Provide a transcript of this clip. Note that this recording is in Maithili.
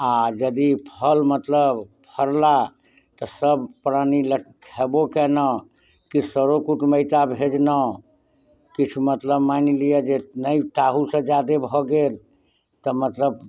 आ यदि फल मतलब फड़ला तऽ सब प्राणी लट खएबो कयलहुॅं किछु सरो कुटमैता भेजलहुॅं किछु मतलब मानि लिअ जे नहि ताहू से जादे भऽ गेल तऽ मतलब